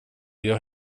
jag